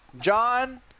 John